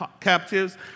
captives